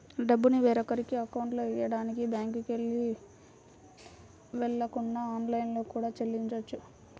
డబ్బుని వేరొకరి అకౌంట్లో వెయ్యడానికి బ్యేంకుకి వెళ్ళకుండా ఆన్లైన్లో కూడా చెల్లించొచ్చు